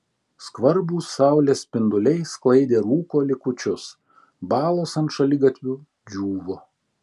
skvarbūs saulės spinduliai sklaidė rūko likučius balos ant šaligatvių džiūvo